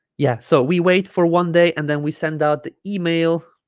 yeah so we wait for one day and then we send out the email